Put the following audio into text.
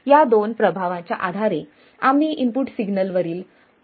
या दोन प्रभावांच्या आधारे आम्ही इनपुट सिग्नलवरील मर्यादांचे मूल्यांकन करू